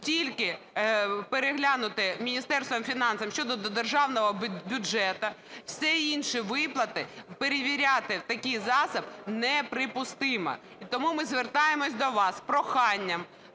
тільки переглянуті Міністерством фінансів щодо до державного бюджету. Всі інші виплати перевіряти в такий засіб неприпустимо. Тому ми звертаємось до вас з проханням